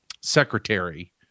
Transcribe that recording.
Secretary